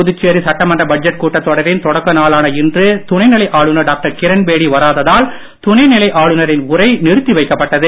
புதுச்சேரி சட்டமன்ற பட்ஜெட் கூட்டத் தொடரின் தொடக்க நாளான இன்று துணை நிலை ஆளுநர் டாக்டர் கிரண்பேடி வராததால் துணை நிலை ஆளுநரின் உரை நிறுத்தி வைக்கப்பட்டது